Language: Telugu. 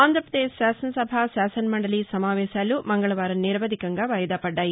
ఆంధ్రప్రదేశ్ శాసనసభ శాసనమండలి సమావేశాలు మంగళవారం నిరవధికంగా వాయిదా పడ్లాయి